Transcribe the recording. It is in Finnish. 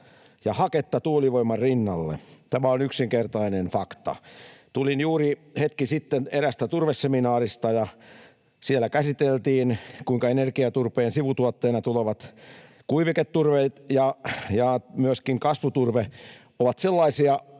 ja haketta tuulivoiman rinnalle. Tämä on yksinkertainen fakta. Tulin juuri hetki sitten eräästä turveseminaarista, ja siellä käsiteltiin, kuinka energiaturpeen sivutuotteena tuleva kuiviketurve ja myöskin kasvuturve ovat sellaisia